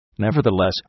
Nevertheless